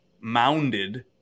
mounded